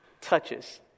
touches